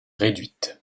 réduite